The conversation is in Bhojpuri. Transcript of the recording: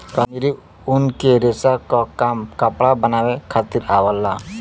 कश्मीरी ऊन के रेसा क काम कपड़ा बनावे खातिर आवला